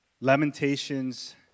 Lamentations